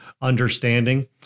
understanding